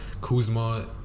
Kuzma